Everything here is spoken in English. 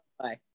Bye